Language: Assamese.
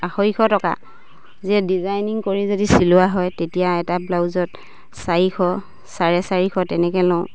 আঢ়ৈশ টকা ডিজাইনিং কৰি যদি চিলোৱা হয় তেতিয়া এটা ব্লাউজত চাৰিশ চাৰে চাৰিশ তেনেকে লওঁ